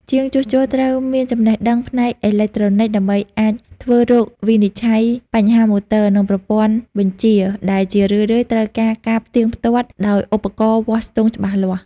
ជាងជួសជុលត្រូវមានចំណេះដឹងផ្នែកអេឡិចត្រូនិកដើម្បីអាចធ្វើរោគវិនិច្ឆ័យបញ្ហាម៉ូទ័រ និងប្រព័ន្ធបញ្ជា ដែលជារឿយៗត្រូវការការផ្ទៀងផ្ទាត់ដោយឧបករណ៍វាស់ស្ទង់ច្បាស់លាស់។